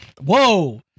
Whoa